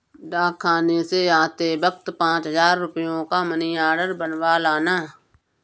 डाकखाने से आते वक्त पाँच हजार रुपयों का मनी आर्डर बनवा लाना